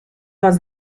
was